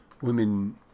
women